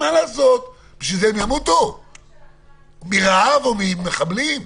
לכן הם ימותו מרעב או ממחבלים?